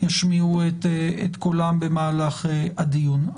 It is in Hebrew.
ישמיעו את קולם במהלך הדיון.